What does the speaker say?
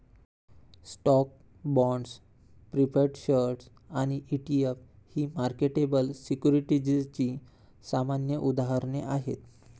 stocks, bonds, preferred shares आणि ETF ही marketable सिक्युरिटीजची सामान्य उदाहरणे आहेत